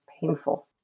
painful